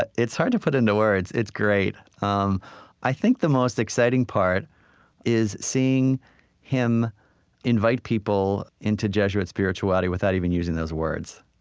but it's hard to put into words. it's great. um i think the most exciting part is seeing him invite people into jesuit spirituality without even using those words.